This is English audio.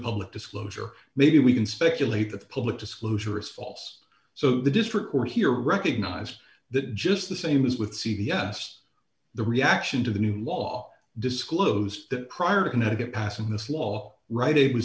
public disclosure maybe we can speculate that the public disclosure is false so the district court here recognized that just the same as with c v s the reaction to the new law disclosed that prior to connecticut passing this law right it was